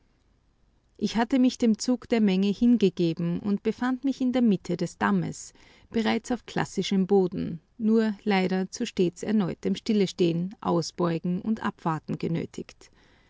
ich hatte mich dem zug der menge hingegeben und befand mich in der mitte des dammes bereits auf klassischem boden nur leider zu stets erneutem stillestehen ausbeugen und abwarten genötigt